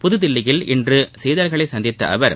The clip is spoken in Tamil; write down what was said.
புதுதில்லியில் இன்று செய்தியாளர்களை சந்தித்த அவர்